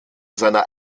seiner